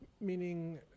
Meaning